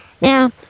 Now